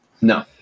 No